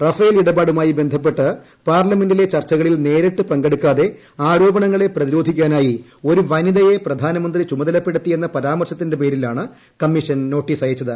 Rafale ഇടപാടുമായി ബന്ധപ്പെട്ട് പാർലമെന്റില്ല ചർച്ചകളിൽ നേരിട്ട് പങ്കെടുക്കാതെ ആരോപണങ്ങളെ പ്രതിരോധിക്കാനായി ഒരു വനിതയെ പ്രധാനമന്ത്രി ചുമതലപ്പെടുത്തിയെന്ന പരാമർശത്തിന്റെ പേരിലാണ് കമ്മീഷൻ നോട്ടീസ് അയച്ചത്